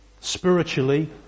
Spiritually